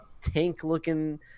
tank-looking